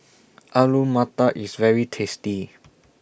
Alu Matar IS very tasty